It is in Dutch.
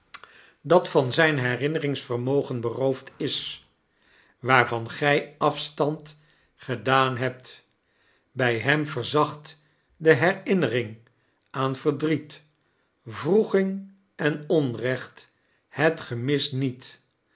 dat van zijn herinaeringsvermogen beroofd is waarvan gij afstand gedaan hebt bij hem verzacht de herinnering aan verdriet wroeging en onrecht het gemis niet